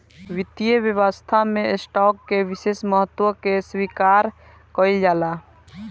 वित्तीय व्यवस्था में स्टॉक के विशेष महत्व के स्वीकार कईल जाला